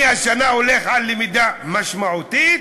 אני השנה הולך על למידה משמעותית,